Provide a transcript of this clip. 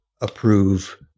approve